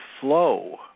flow